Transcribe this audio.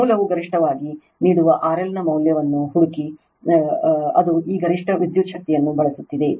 ಮೂಲವು ಗರಿಷ್ಠವಾಗಿ ನೀಡುವ RLನ ಮೌಲ್ಯವನ್ನು ಹುಡುಕಿ ಅದು ಈ ಗರಿಷ್ಠ ವಿದ್ಯುತ್ ಶಕ್ತಿಯನ್ನು ಬಳಸುತ್ತಿದೆ